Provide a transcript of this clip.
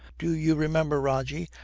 do you remember, rogie,